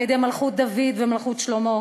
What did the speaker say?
על-ידי מלכות דוד ומלכות שלמה.